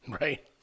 Right